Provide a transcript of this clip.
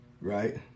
right